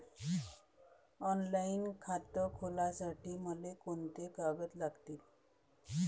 Online खातं खोलासाठी मले कोंते कागद लागतील?